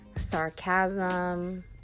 sarcasm